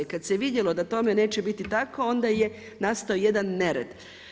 Kada se vidjelo da tome neće biti tako onda je nastao jedan nered.